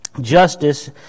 justice